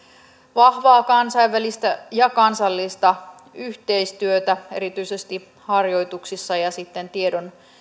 vahvaa kansainvälistä ja kansallista yhteistyötä erityisesti harjoituksissa ja ja sitten tiedon